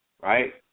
right